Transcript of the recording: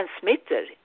transmitter